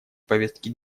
повестке